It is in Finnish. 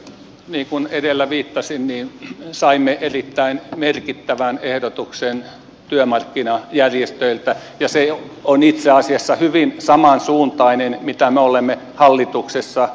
niin kuin edellä viittasin saimme erittäin merkittävän ehdotuksen työmarkkinajärjestöiltä ja se on itse asiassa hyvin samansuuntainen kuin mitä me olemme hallituksessa jo itse ajatelleet tehdä